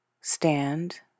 stand